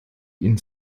ihn